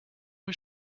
rue